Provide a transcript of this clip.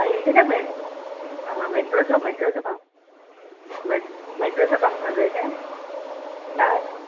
अरे इथे काय मेट हा मेट्रोचं मेट्रोचं काम मेट् मेट्रोचं काम चालू आहे काय काय